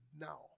now